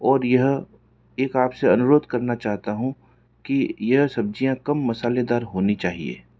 और यह एक आपसे अनुरोध करना चाहता हूँ कि यह सब्जियाँ कम मसालेदार होनी चाहिए